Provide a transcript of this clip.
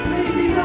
Lazy